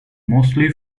mostly